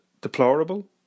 deplorable